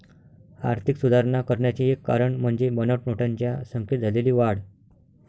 आर्थिक सुधारणा करण्याचे एक कारण म्हणजे बनावट नोटांच्या संख्येत झालेली वाढ